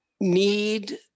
need